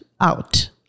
out